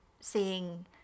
seeing